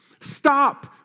stop